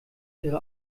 ihre